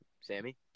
Sammy